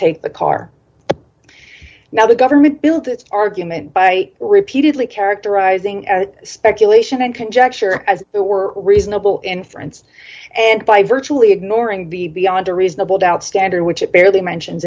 take the car now the government built its argument by repeatedly characterizing as speculation and conjecture as it were reasonable inference and by virtually ignoring the beyond a reasonable doubt standard which it barely mentions